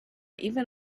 even